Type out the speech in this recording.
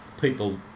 people